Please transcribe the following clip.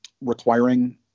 requiring